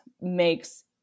makes